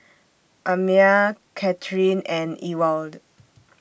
Amya Kathyrn and Ewald